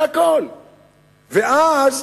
ואז